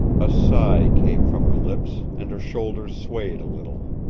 a sigh came from her lips, and her shoulders swayed a little.